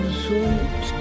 sweet